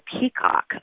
peacock